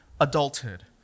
adulthood